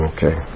Okay